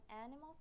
animals